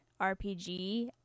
rpg